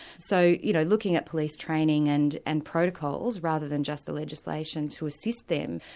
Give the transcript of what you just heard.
so you know looking at police training and and protocols, rather than just the legislation to assist them,